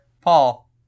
Paul